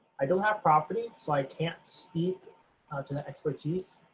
i don't have property, so i can't speak to that expertise,